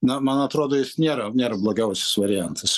na man atrodo jis nėra nėra blogiausias variantas